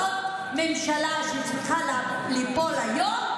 זאת ממשלה שצריכה ליפול היום,